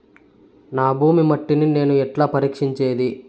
నా భూమి మట్టిని నేను ఎట్లా పరీక్షించేది?